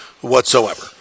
whatsoever